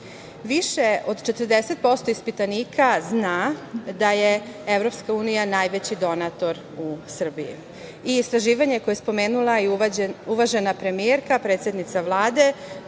Više od 40% ispitanika zna da je EU najveći donator u Srbiju. Istraživanje koje je spomenula uvažena premijerka, predsednica Vlade,